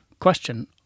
question